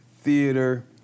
theater